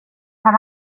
tar